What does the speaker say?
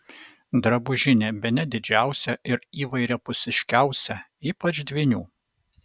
drabužinė bene didžiausia ir įvairiapusiškiausia ypač dvynių